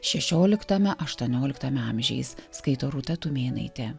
šešioliktame aštuonioliktame amžiais skaito rūta tumėnaitė